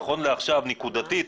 נכון לעכשיו נקודתית,